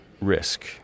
risk